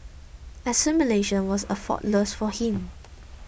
assimilation was effortless for him